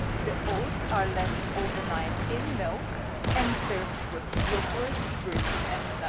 the oats are left overnight in milk and served with yoghurt, fruits and